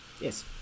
Yes